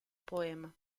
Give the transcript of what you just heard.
poema